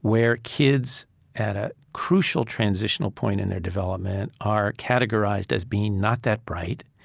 where kids at a crucial transitional point in their development are categorized as being not that bright,